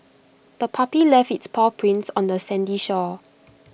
the puppy left its paw prints on the sandy shore